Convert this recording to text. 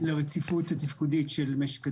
לרציפות התפקודית של משק הדלק,